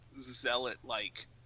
zealot-like